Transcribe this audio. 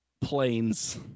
Planes